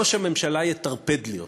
כי אחרת ראש הממשלה יטרפד לי אותו.